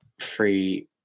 free